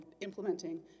implementing